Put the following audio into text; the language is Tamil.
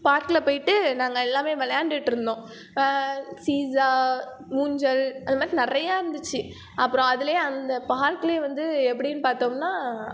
பார்க்கில் போயிட்டு நாங்கள் எல்லாமே விளையாண்டுட்டு இருந்தோம் சீசா ஊஞ்சல் அந்த மாதிரி நிறையா இருந்துச்சு அப்புறம் அதிலேயே அந்த பார்க்கில் வந்து எப்படின்னு பார்த்தோம்னா